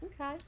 okay